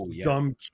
dumb